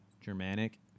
Germanic